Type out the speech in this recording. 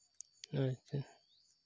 ᱟᱪᱪᱷᱟ